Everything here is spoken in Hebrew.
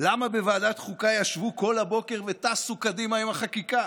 למה בוועדת חוקה ישבו כל הבוקר וטסו קדימה עם החקיקה?